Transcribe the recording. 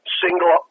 single